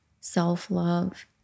self-love